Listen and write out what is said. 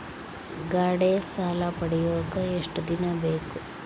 ಗಾಡೇ ಸಾಲ ಪಡಿಯಾಕ ಎಷ್ಟು ದಿನ ಬೇಕು?